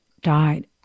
died